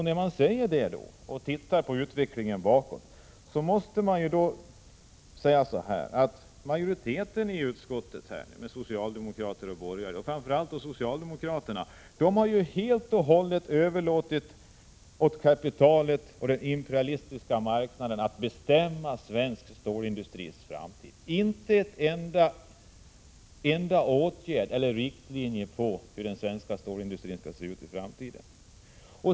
När man tar del av det och ser på den utveckling som har ägt rum kan man konstatera att utskottets majoritet av borgerliga och — framför allt — socialdemokrater helt och hållet har överlåtit åt kapitalet och den imperialistiska marknaden att bestämma svensk stålindustris framtid. Inte en enda åtgärd vidtas, inte en enda riktlinje dras upp för hur svensk stålindustri skall se ut i framtiden!